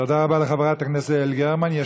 תודה רבה לחברת הכנסת יעל גרמן.